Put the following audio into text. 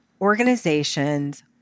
organizations